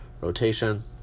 rotation